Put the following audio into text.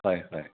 হয় হয়